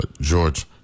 George